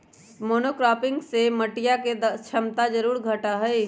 monocropping से मटिया के क्षमता जरूर घटा हई